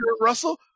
Russell